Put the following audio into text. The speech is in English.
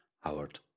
Howard